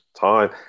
time